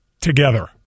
together